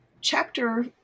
chapter